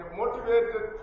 motivated